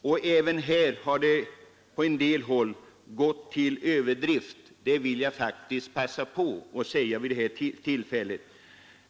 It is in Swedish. Men även plöjningen har på en del håll gått till överdrift — det vill jag passa på att säga vid det här tillfället.